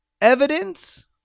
evidence